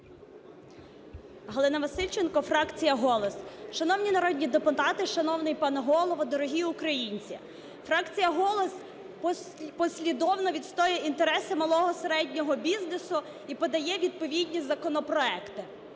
Галина Васильченко, фракція "Голос". Шановні народні депутати, шановний пане Голово, дорогі українці! Фракція "Голос" послідовно відстоює інтереси малого, середнього бізнесу і подає відповідні законопроекти.